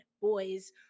boys